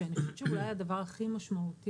שאני חושבת שהדבר אולי הכי משמעותי,